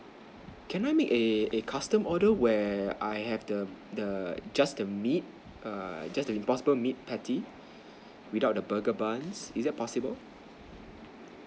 can I make a a custom order where I have the the just the meat err just the impossible meat patty without the burger buns is that possible